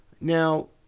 Now